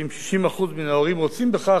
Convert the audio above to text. שאם 60% מן ההורים רוצים בכך,